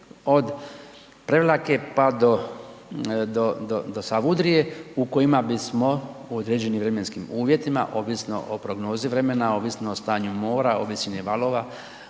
od Prevlake pa do Savudrije u kojima bismo u određenim vremenskim uvjetima ovisno o prognozi vremena, ovisno o stanju mora, o visini valova